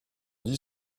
dit